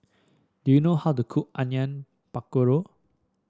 do you know how to cook Onion Pakora